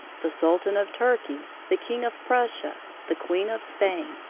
the sultan of turkey, the king of prussia, the queen of spain,